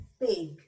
big